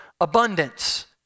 abundance